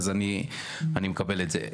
אז אני מקבל את זה.